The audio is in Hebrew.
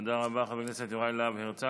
תודה רבה, חבר הכנסת יוראי להב הרצנו.